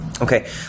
Okay